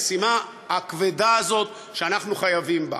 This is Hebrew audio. המשימה הכבדה הזאת שאנחנו חייבים בה.